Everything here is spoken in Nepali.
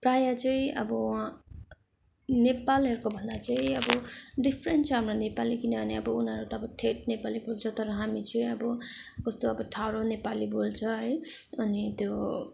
प्रायः चाहिँ अब नेपालहरूको भन्दा चाहिँ अब डिफिरेन्ट छ हाम्रो नेपाली किनभने अब उनीहरू त ठेट नेपाली बोल्छ तर हामी चाहिँ अब कस्तो अब ठाडो नेपाली बोल्छ है अनि त्यो